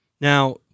Now